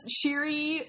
cheery